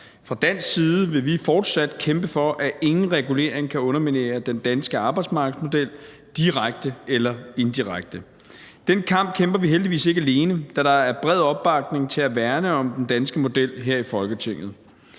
Fra dansk side vil vi fortsat kæmpe for, at ingen regulering kan underminere den danske arbejdsmarkedsmodel direkte eller indirekte. Den kamp kæmper vi heldigvis ikke alene, da der her i Folketinget er bred opbakning til at værne om den danske model. Vi kæmper